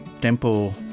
tempo